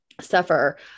suffer